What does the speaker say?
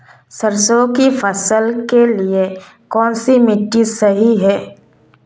सरसों की फसल के लिए कौनसी मिट्टी सही हैं?